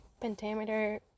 pentameter